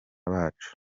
bacu